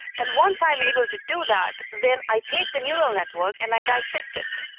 and once i'm able to do that, then i take the neural network and i dissect it.